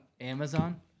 Amazon